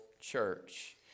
church